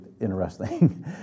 interesting